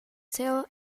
stale